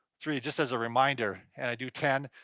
three just as a reminder. and i do ten,